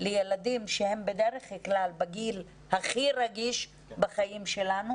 לילדים שהם בדרך כלל בגיל הכי רגיש בחיים שלנו?